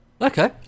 Okay